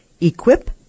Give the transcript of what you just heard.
equip